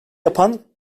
yapan